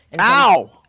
Ow